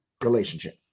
relationship